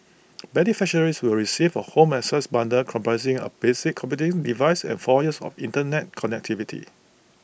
beneficiaries will receive A home access bundle comprising A basic computing device and four years of Internet connectivity